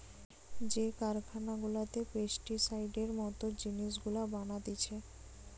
যে কারখানা গুলাতে পেস্টিসাইডের মত জিনিস গুলা বানাতিছে